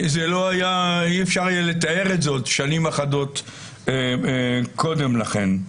אי אפשר היה לתאר את זה עוד שנים אחדות קודם לכן.